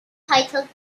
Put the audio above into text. titled